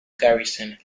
garrison